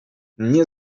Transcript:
nie